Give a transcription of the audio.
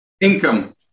Income